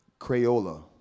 Crayola